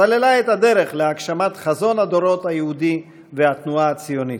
סללה את הדרך להגשמת חזון הדורות היהודי והתנועה הציונית.